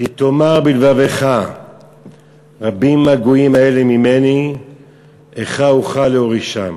"כי תאמר בלבבך רבים הגויִם האלה ממני איכה אוכל להורישם".